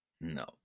No